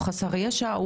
או חסר ישע,